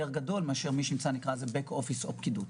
גדול לעומת מי שנמצא ב-back office או בפקידות.